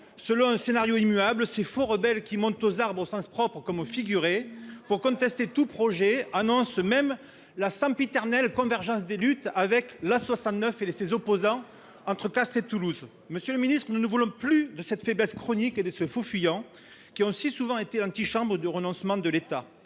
selon un scénario immuable, ces faux rebelles, qui montent aux arbres, au sens propre comme au sens figuré, pour contester tout projet, annoncent la sempiternelle « convergence des luttes » avec les opposants à l’A69, entre Castres et Toulouse. Nous ne voulons plus de cette faiblesse chronique ni de ces faux fuyants qui ont si souvent été l’antichambre du renoncement de l’État